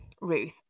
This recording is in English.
Ruth